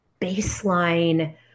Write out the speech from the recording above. baseline